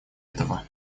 этого